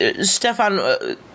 Stefan